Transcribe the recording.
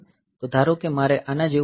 તો ધારો કે મારે આના જેવું ઓપરેશન કરવું છે